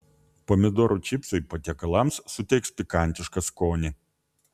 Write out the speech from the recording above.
pomidorų čipsai patiekalams suteiks pikantišką skonį